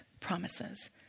promises